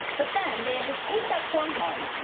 but then they had to take that form home,